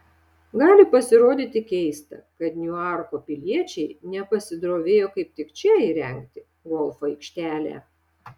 gali pasirodyti keista kad niuarko piliečiai nepasidrovėjo kaip tik čia įrengti golfo aikštelę